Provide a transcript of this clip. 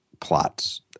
plots